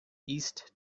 east